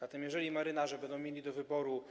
Zatem jeżeli marynarze będą mieli do wyboru